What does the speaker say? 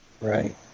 Right